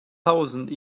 thousand